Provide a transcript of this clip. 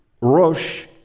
Rosh